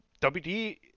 wd